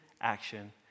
action